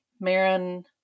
Marin